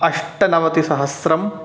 अष्टनवति सहस्रम्